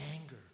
anger